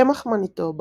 קמח מניטובה,,